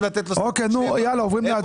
אוקיי, נו, עוברים להצבעות.